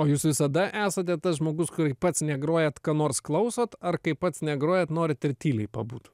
o jūs visada esate tas žmogus kai pats negrojat ką nors klausot ar kai pats negrojat norit ir tyliai pabūt